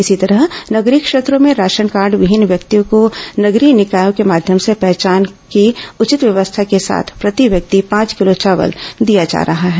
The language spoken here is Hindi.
इसी तरह नगरीय क्षेत्रों में राशन कार्ड विहीन व्यक्तियों की नगरीय निकायों के माध्यम से पहचान की उचित व्यवस्था के साथ प्रति व्यक्ति पांच किलो चावल दिया जा सकता है